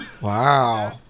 Wow